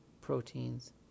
proteins